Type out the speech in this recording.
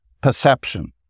perception